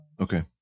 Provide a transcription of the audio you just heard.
Okay